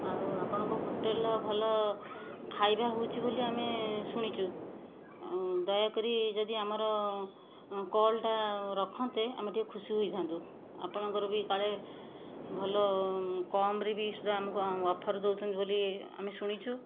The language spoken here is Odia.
ଆଉ ଆପଣଙ୍କ ହୋଟେଲର ଭଲ ଖାଇବା ହେଉଛି ବୋଲି ଆମେ ଶୁଣିଛୁ ଦୟାକରି ଯଦି ଆମର କଲ୍ଟା ରଖନ୍ତେ ଆମେ ଟିକେ ଖୁସି ହୋଇଥାନ୍ତୁ ଆପଣଙ୍କର ବି କାଳେ ଭଲ କମରେ ବି ସୁଧା ଆମକୁ ଅଫର୍ ଦେଉଛନ୍ତି ବୋଲି ଆମେ ଶୁଣିଛୁ